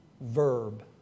verb